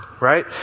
right